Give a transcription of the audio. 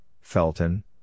Felton